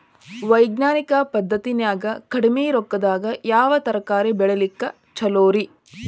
ವೈಜ್ಞಾನಿಕ ಪದ್ಧತಿನ್ಯಾಗ ಕಡಿಮಿ ರೊಕ್ಕದಾಗಾ ಯಾವ ತರಕಾರಿ ಬೆಳಿಲಿಕ್ಕ ಛಲೋರಿ?